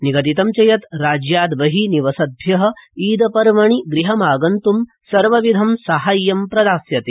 निगदितं च यत् राज्यात् बहि निवसदभ्य ईद पर्वणि गृहमाग् सर्वविधं साहाय्यं प्रदास्यते